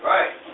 Right